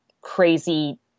crazy